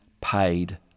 paid